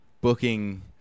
booking